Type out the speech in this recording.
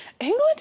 England